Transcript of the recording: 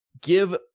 give